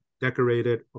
decorated